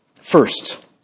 First